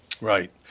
Right